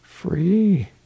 Free